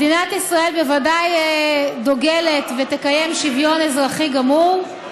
מדינת ישראל בוודאי דוגלת ותקיים שוויון אזרחי גמור,